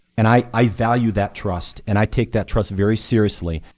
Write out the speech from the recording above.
and i i value that trust and i take that trust very seriously.